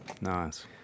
nice